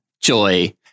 Joy